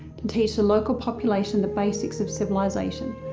to teach the local population the basics of civilization,